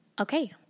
Okay